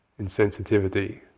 insensitivity